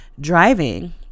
driving